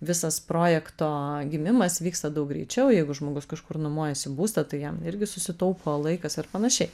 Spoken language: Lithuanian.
visas projekto gimimas vyksta daug greičiau jeigu žmogus kažkur nuomojasi būstą tai jam irgi susitaupo laikas ir panašiai